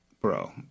Bro